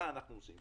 מה אנחנו רוצים?